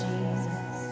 Jesus